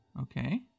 Okay